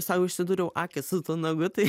sau išsidūriau akį su tuo nagu tai